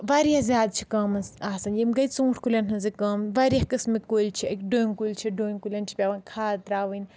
واریاہ زیادٕ چھ کٲم اسہِ آسان یِم گٔے ژوٗنٛٹھۍ کُلؠن ہِنٛز یہِ کٲم واریاہ قٕسمٕکۍ کُلۍ چھِ ڈوٗنۍ کُلۍ چھِ ڈوٗنۍ کُلؠن چھِ پؠوان کھاد تراوٕنۍ